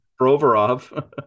Provorov